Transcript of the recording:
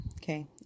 okay